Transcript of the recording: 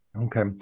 Okay